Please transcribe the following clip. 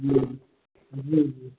हूँ जी जी